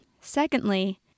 Secondly